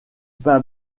pain